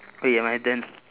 K my turn